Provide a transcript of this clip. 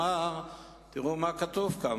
ותראו מה כתוב כאן.